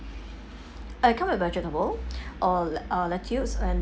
uh it come with vegetable all uh lettuce and